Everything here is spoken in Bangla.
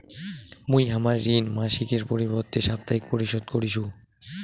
মুই হামার ঋণ মাসিকের পরিবর্তে সাপ্তাহিক পরিশোধ করিসু